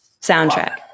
Soundtrack